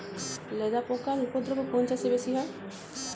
লেদা পোকার উপদ্রব কোন চাষে বেশি হয়?